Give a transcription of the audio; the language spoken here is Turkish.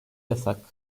yasak